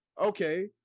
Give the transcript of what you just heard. okay